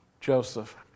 Joseph